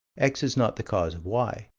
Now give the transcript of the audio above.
x is not the cause of y.